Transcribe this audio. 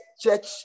church